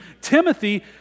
Timothy